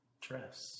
Dress